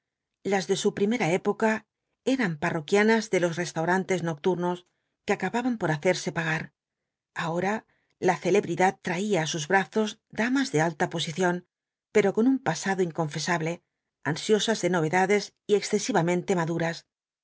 las de su primera época eran parroquianas de los restaurants nocturnos que acababan por hacerse pagar ahora la celebridad traía á sus brazos damas de alta posición pero con un pasado inconfesable ansiosas de novedades y excesivamente maduras